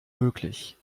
möglich